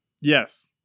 Yes